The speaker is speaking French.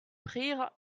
prirent